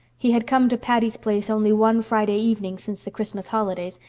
he had come to patty's place only one friday evening since the christmas holidays,